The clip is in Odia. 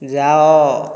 ଯାଅ